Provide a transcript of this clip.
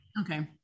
Okay